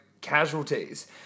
casualties